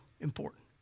important